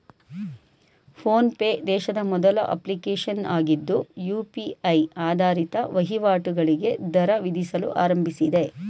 phone pay ದೇಶದ ಮೊದಲ application ಆಗಿದ್ದು ಯು.ಪಿ.ಐ ಆಧಾರಿತ ವಹಿವಾಟುಗಳಿಗೆ ದರ ವಿಧಿಸಲು ಆರಂಭಿಸಿದೆ